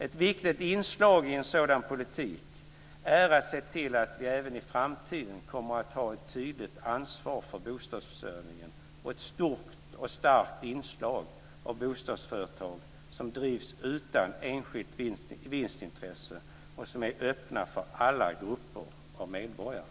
Ett viktigt inslag i en sådan politik är att se till att vi även i framtiden kommer att ha ett tydligt ansvar för bostadsförsörjningen och ett stort och starkt inslag av bostadsföretag som drivs utan enskilt vinstintresse och som är öppna för alla grupper av medborgare.